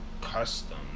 custom